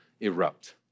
erupt